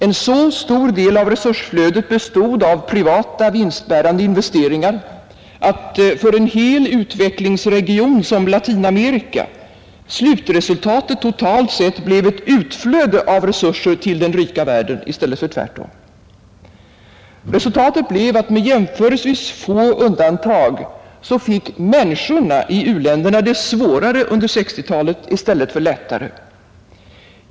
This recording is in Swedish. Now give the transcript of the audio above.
En så stor del av resursflödet bestod av privata vinstbärande investeringar, att för en hel utvecklingsregion som Latinamerika slutresultatet totalt sett blev ett utflöde av resurser till den rika världen i stället för tvärtom. Resultatet blev att med jämförelsevis få undantag fick människorna i u-länderna det svårare under 1960-talet i stället för lättare.